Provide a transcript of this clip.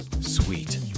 Sweet